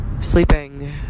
sleeping